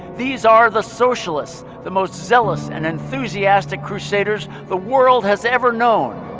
these are the socialists, the most zealous and enthusiastic crusaders the world has ever known